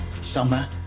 summer